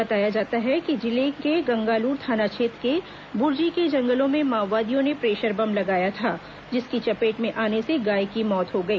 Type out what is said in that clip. बताया जाता है कि जिले के गंगालूर थाना क्षेत्र के बुरजी के जंगलों में माओवादियों ने प्रेशर बम लगाया था जिसकी चपेट में आने से गाय की मौत हो गई